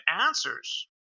answers